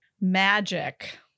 Magic